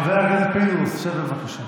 חבר הכנסת פינדרוס, שב, בבקשה.